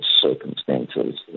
circumstances